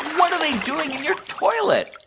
what are they doing in your toilet?